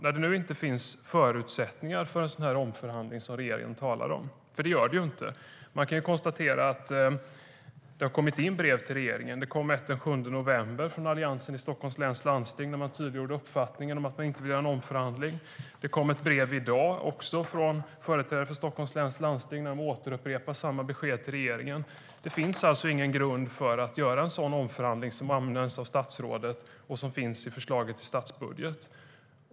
Det finns inte förutsättningar för en sådan omförhandling som regeringen talar om. Man kan ju konstatera att det har kommit in brev till regeringen. Det kom ett den 7 november från Alliansen i Stockholms läns landsting där man tydliggjorde uppfattningen att man inte vill göra en omförhandling. Det kom ett brev i dag, också från företrädare för Stockholms läns landsting, där man upprepar samma besked till regeringen. Det finns alltså ingen grund för att göra en sådan omförhandling som anmäls av statsrådet och som finns i förslaget till statsbudget.